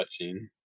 touching